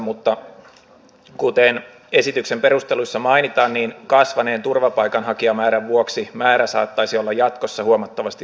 mutta kuten esityksen perusteluissa mainitaan kasvaneen turvapaikanhakijamäärän vuoksi määrä saattaisi olla jatkossa huomattavasti suurempikin